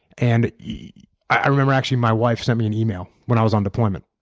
and yeah i remember actually my wife sent me an email when i was on deployment.